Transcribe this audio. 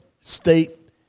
state